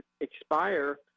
expire